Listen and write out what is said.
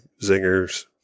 zingers